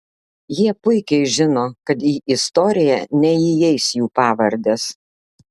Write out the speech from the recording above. jie puikiai žino kad į istoriją neįeis jų pavardės